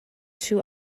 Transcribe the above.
trwy